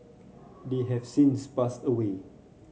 they have since passed away